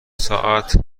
ساعت